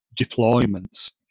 deployments